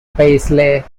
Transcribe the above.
paisley